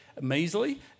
measly